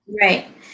right